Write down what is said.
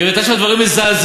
היא הראתה שם דברים מזעזעים,